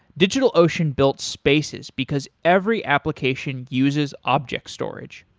digitalocean built spaces, because every application uses objects storage.